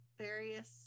various